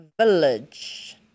village